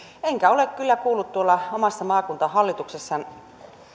enkä ole kyllä kuullut tuolla omassa maakuntahallituksessa